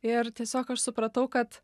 ir tiesiog aš supratau kad